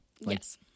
Yes